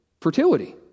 fertility